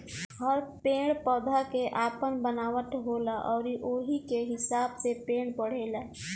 हर पेड़ पौधा के आपन बनावट होला अउरी ओही के हिसाब से पेड़ बढ़ेला